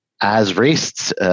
as-raced